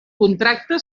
contracte